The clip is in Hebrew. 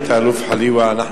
אני קודם כול מחזק את האלוף חליוה.